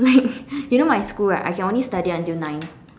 like you know my school right I can only study until nine